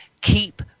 keep